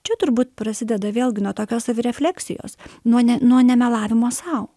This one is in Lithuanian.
čia turbūt prasideda vėlgi nuo tokios savirefleksijos nuo ne nuo nemelavimo sau